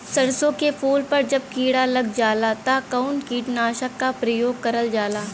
सरसो के फूल पर जब किड़ा लग जाला त कवन कीटनाशक क प्रयोग करल जाला?